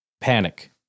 panic